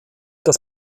das